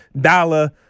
dollar